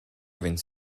więc